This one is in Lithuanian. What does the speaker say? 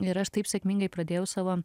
ir aš taip sėkmingai pradėjau savo